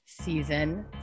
Season